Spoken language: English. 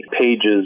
pages